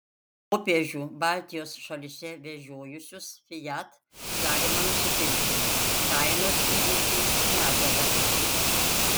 popiežių baltijos šalyse vežiojusius fiat galima nusipirkti kainos didinti nežada